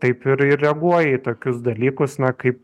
taip ir ir reaguoja į tokius dalykus na kaip